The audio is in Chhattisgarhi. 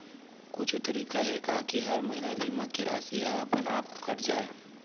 कुछु तरीका हे का कि हर महीना बीमा के राशि हा अपन आप कत जाय?